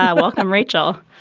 ah welcome rachel.